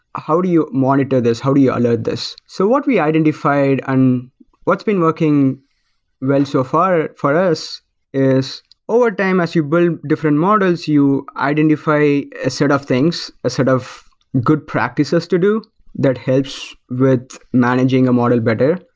how do you monitor this? how do you alert this? so what we identified and what's been working well so far for us is overtime, as you build different models, you identify a a set of things, a set sort of good practices to do that helps with managing a model better.